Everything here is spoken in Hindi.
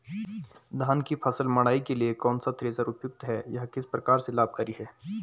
धान की फसल मड़ाई के लिए कौन सा थ्रेशर उपयुक्त है यह किस प्रकार से लाभकारी है?